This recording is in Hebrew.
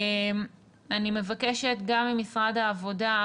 אני מבקשת גם ממשרד העבודה,